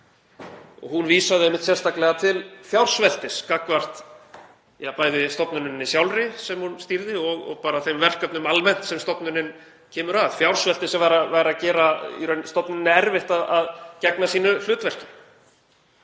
Hún vísaði einmitt sérstaklega til fjársveltis gagnvart bæði stofnuninni sjálfri sem hún stýrði og þeim verkefnum almennt sem stofnunin kemur að. Fjársveltið væri í raun að gera stofnuninni erfitt að gegna sínu hlutverki.